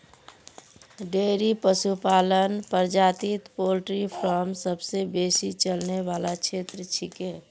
dairy पशुपालन प्रजातित poultry farm सबसे बेसी चलने वाला क्षेत्र छिके